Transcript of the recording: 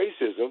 racism